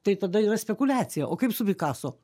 tai tada yra spekuliacija o kaip su pikaso